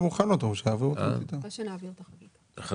אחרי שנעביר את החוק.